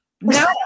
No